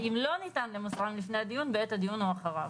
ואם לא ניתן למסרם לפני הדיון בעת הדיון או אחריו.